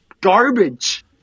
garbage